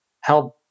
held